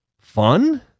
fun